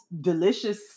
delicious